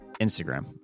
Instagram